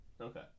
Okay